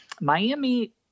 Miami